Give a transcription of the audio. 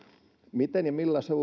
miten ja millä